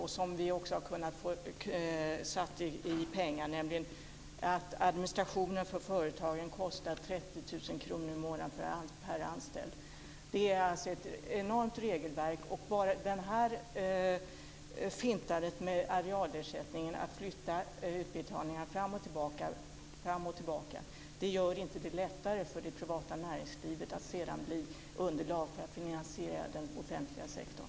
Detta har vi också kunnat få uttryckt i pengar. Administrationen för företagen kostar 30 000 kr i månaden per anställd. Det är alltså ett enormt regelverk. Och det här fintandet med arealersättningen, att man flyttar utbetalningarna fram och tillbaka, gör det inte lättare för det privata näringslivet att sedan bli underlag för att finansiera den offentliga sektorn.